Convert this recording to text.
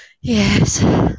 yes